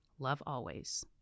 lovealways